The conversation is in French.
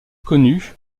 connu